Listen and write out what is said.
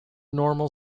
normal